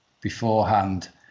beforehand